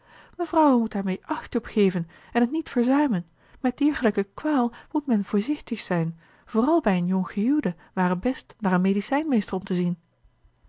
acht op geven en t niet verzuimen met diergelijke kwaal moet men voorzichtig zijn vooral bij eene jonggehuwde t ware best naar een medicijnmeester om te zien